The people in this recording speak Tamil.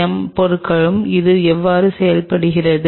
எம் பொருட்களும் இது எவ்வாறு செயல்படுகிறது